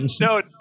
no